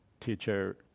teacher